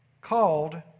called